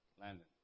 Landon